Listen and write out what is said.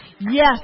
Yes